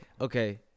okay